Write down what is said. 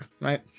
Right